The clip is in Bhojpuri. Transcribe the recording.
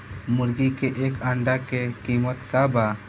मुर्गी के एक अंडा के कीमत का बा?